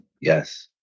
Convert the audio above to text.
Yes